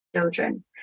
children